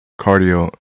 cardio